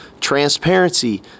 Transparency